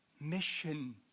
Mission